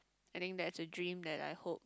I think that's a dream that I hope